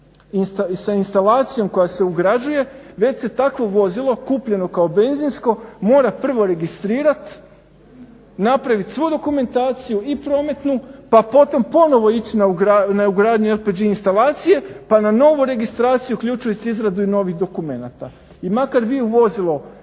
sa instalacijom koja se ugrađuje već se tako vozilo kupljeno kao benzinsko mora prvo registrirati, napraviti svu dokumentaciju i prometnu pa potom ponovno ići na ugradnju LPG instalacije pa na novu registraciju uključujući izradu i novih dokumenata. I makar vi u vozilo